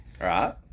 Right